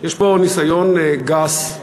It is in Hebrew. יש פה ניסיון גס,